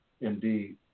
indeed